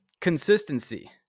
consistency